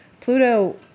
Pluto